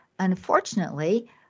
Unfortunately